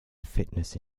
fitness